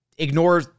ignore